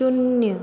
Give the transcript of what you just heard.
शून्य